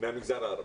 מהמגזר הערבי.